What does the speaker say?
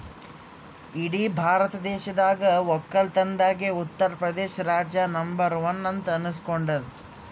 ಇಡೀ ಭಾರತ ದೇಶದಾಗ್ ವಕ್ಕಲತನ್ದಾಗೆ ಉತ್ತರ್ ಪ್ರದೇಶ್ ರಾಜ್ಯ ನಂಬರ್ ಒನ್ ಅಂತ್ ಅನಸ್ಕೊಂಡಾದ್